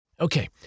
Okay